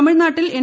തമിഴ്നാട്ടിൽ എൻ